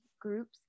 groups